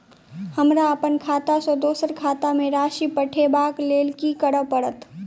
हमरा अप्पन खाता सँ दोसर केँ खाता मे राशि पठेवाक लेल की करऽ पड़त?